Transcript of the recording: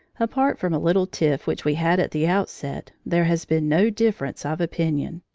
apart from a little tiff which we had at the outset, there has been no difference of opinion.